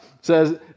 Says